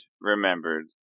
remembered